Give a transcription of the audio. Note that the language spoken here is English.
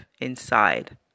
inside